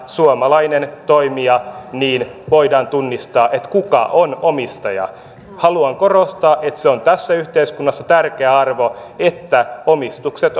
suomalainen toimija voidaan tunnistaa niin että kuka on omistaja haluan korostaa että se on tässä yhteiskunnassa tärkeä arvo että omistukset